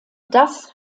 das